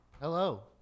Hello